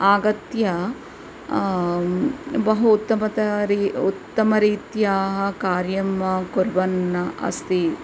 आगत्य बहु उत्तमतारी उत्तमरीत्या कार्यं कुर्वन् अस्ति